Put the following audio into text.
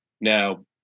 now